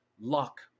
luck